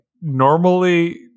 normally